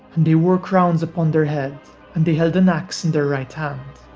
and they wore crowns upon their head and they held an axe in their right hand.